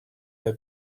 her